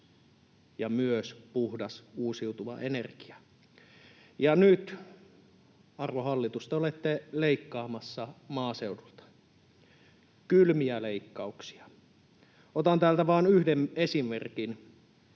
ja myös puhdas uusiutuva energia. Ja nyt, arvon hallitus, te olette leikkaamassa maaseudulta. Kylmiä leikkauksia. Otan täältä vaan yhden esimerkin.